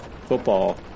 football